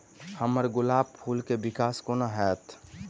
हम्मर गुलाब फूल केँ विकास कोना हेतै?